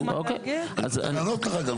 צריך לענות לך גם.